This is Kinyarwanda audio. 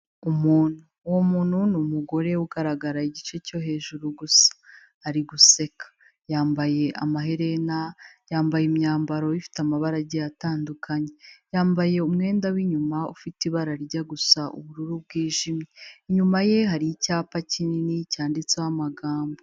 Umuntu, uwo muntu ni umugore ugaragara igice cyo hejuru gusa, ari guseka yambaye amaherena, yambaye imyambaro ifite amabara agiye atandukanye, yambaye umwenda w'inyuma ufite ibara rijya gusa ubururu bwijimye, inyuma ye hari icyapa kinini cyanditseho amagambo.